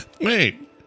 Wait